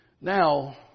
Now